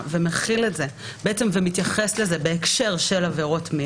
ומחיל את זה ומתייחס לזה בהקשר של עבירות מין?